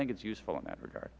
think it is useful in that regard